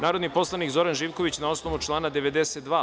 Narodni poslanik Zoran Živković, na osnovu člana 92.